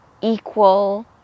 equal